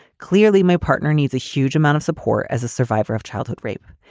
clearly, my partner needs a huge amount of support as a survivor of childhood rape.